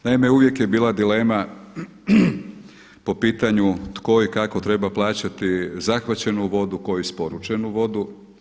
Naime, uvije je bila dilema po pitanju tko i kako treba plaćati zahvaćenu vodu, tko isporučenu vodu.